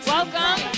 Welcome